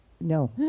No